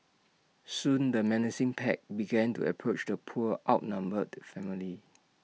soon the menacing pack began to approach the poor outnumbered family